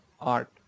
art